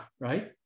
right